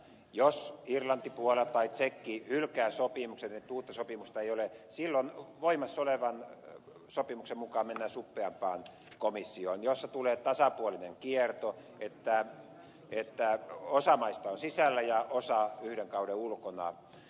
jos irlanti puola tai tsekki hylkäävät sopimuksen niin että uutta sopimusta ei ole silloin voimassa olevan sopimuksen mukaan mennään suppeampaan komissioon jossa tulee tasapuolinen kierto niin että osa maista on sisällä ja osa yhden kauden ulkona